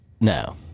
No